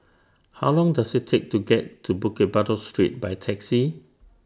How Long Does IT Take to get to Bukit Batok Street By Taxi